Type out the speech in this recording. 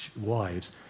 wives